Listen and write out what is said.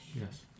Yes